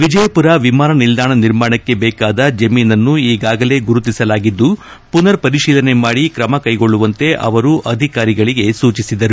ವಿಜಯಪುರ ವಿಮಾನ ನಿಲ್ದಾಣ ನಿರ್ಮಾಣಕ್ಕೆ ಬೇಕಾದ ಜಮೀನಿನನ್ನು ಈಗಾಗಲೇ ಗುರುತಿಸಲಾಗಿದ್ದು ಪುನರ್ ಪರಿಶೀಲನೆ ಮಾದಿ ಕ್ರಮ ಕೈಗೊಳ್ಳುವಂತೆ ಅವರು ಅಧಿಕಾರಿಗಳಿಗೆ ಸೂಚಿಸಿದರು